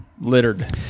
littered